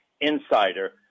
insider